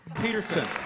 Peterson